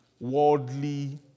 worldly